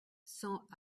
cent